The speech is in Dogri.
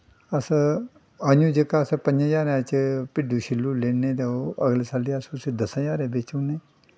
अस जदूं जेह्का पंजैं ज्हारैं च भिड्डू छिल्लू लैन्ने ते ओह् अगले साल अस उस्सी दस्सैं ज्हारैं बेची ओड़ने